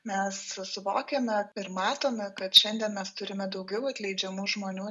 mes suvokiame ir matome kad šiandien mes turime daugiau atleidžiamų žmonių